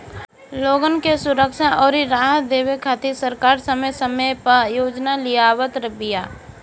लोगन के सुरक्षा अउरी राहत देवे खातिर सरकार समय समय पअ योजना लियावत बिया